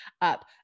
up